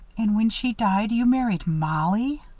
and when she died, you married mollie!